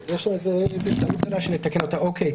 אוקיי,